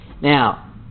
now